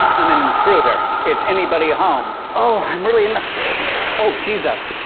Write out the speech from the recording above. i'm an intruder. is anybody home? oh, i'm really in the oh, jesus.